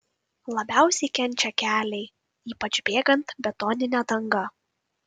labiausiai kenčia keliai ypač bėgant betonine danga